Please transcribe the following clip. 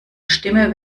stimme